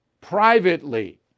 privately